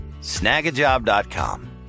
snagajob.com